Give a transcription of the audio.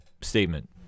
statement